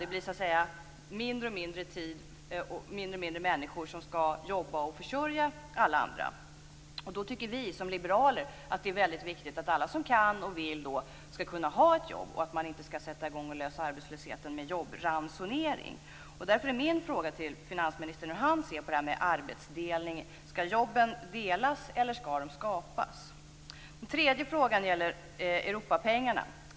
Det blir allt färre människor som skall försörja alla andra. Vi som liberaler tycker att det är viktigt att alla som kan och vill skall kunna ha ett jobb. Man skall inte lösa arbetslösheten med jobbransonering. Min fråga till finansministern är hur han ser på arbetsdelning. Skall jobben delas eller skall de skapas? Den tredje frågan gäller Europapengarna.